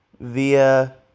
via